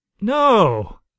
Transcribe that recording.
no